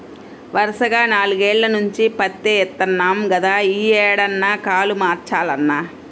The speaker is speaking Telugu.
వరసగా నాల్గేల్ల నుంచి పత్తే యేత్తన్నాం గదా, యీ ఏడన్నా కాలు మార్చాలన్నా